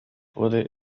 wurde